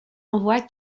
envoie